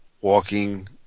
walking